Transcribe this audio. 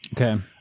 Okay